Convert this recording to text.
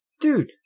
dude